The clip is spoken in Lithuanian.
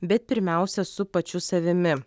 bet pirmiausia su pačiu savimi